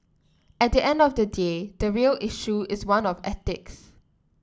at the end of the day the real issue is one of ethics